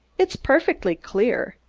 it is perfectly clear,